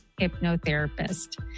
hypnotherapist